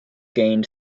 gained